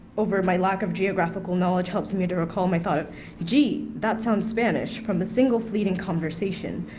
over my lack of geographical knowledge helped me to recall my thought of gee, that sounds spanish from a single fleeting conversation.